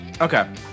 Okay